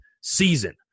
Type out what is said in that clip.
season